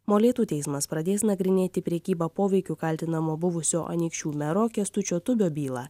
molėtų teismas pradės nagrinėti prekyba poveikiu kaltinamo buvusio anykščių mero kęstučio tubio bylą